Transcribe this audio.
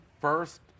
first